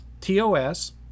TOS